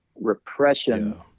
repression